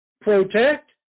protect